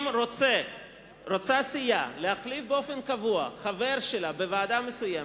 אם רוצה סיעה להחליף באופן קבוע חבר שלה בוועדה מסוימת,